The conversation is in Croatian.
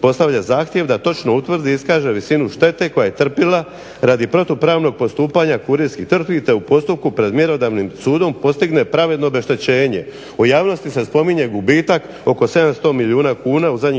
postavlja zahtjev da točno utvrdi i iskaže visinu štete koju je trpjela radi protupravnog postupanja kurirskih tvrtki te u postupku pred mjerodavnim sudom postigne pravedno obeštećenje. U javnosti se spominje gubitak oko 700 milijuna kuna u zadnjih 5 godina.